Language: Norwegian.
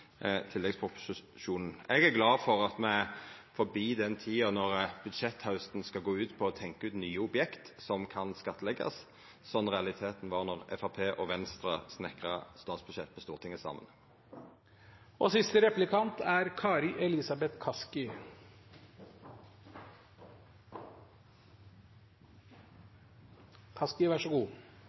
tilleggsproposisjonen. Eg er glad for at me er forbi den tida at budsjetthausten skal gå ut på å tenkja ut nye objekt som kan skattleggast, sånn som realiteten var då Framstegspartiet og Venstre snikra saman statsbudsjett på Stortinget. Jeg ser fram til å samarbeide med representanten i finanskomiteen, bl.a. om en mer aktiv næringspolitikk. Så